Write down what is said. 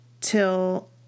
Till